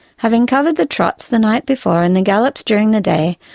having covered the trots the night before and the gallops during the day,